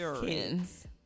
Kids